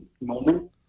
moment